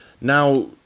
now